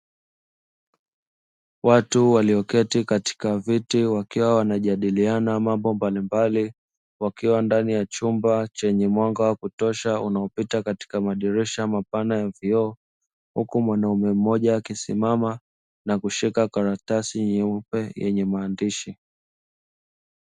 Watu walio keti katika viti wakiwa wanajadiliana mambo mbalimbali wakiwa ndani ya chumba chenye mwanga wakutosha unao pita katika madirisha mapana ya vioo huku mwanaume mmoja akisimama nakushika karatasi nyeupe yenye maandishi.